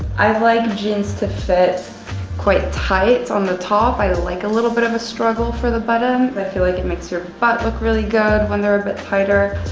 i like jeans to fit quite tight on the top. i like a little bit of a struggle for the button. i feel like it makes your butt look really good when they're a bit tighter,